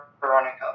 Veronica